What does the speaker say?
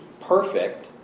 perfect